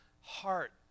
heart